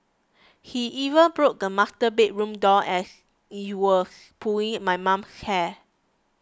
he even broke the master bedroom door and was pulling my mum's hair